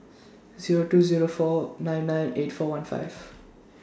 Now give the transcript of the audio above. Zero two Zero four nine nine eight four one five